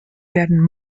werden